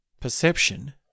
perception